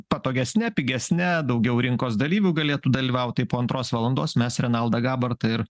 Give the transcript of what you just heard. patogesne pigesne daugiau rinkos dalyvių galėtų dalyvaut tai po antros valandos mes renaldą gabartą ir